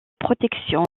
protection